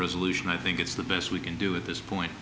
resolution i think it's the best we can do at this point